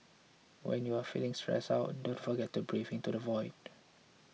when you are feeling stressed out don't forget to breathe into the void